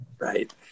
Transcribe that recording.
Right